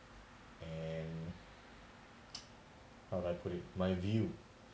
and I would I put in my view